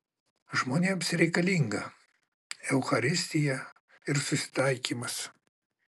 žmonėms reikalinga eucharistija ir susitaikymas